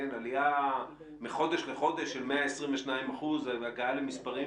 עלייה מחודש לחודש של 122 אחוזים והגעה למספרים